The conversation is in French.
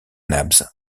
nabbs